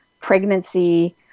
Pregnancy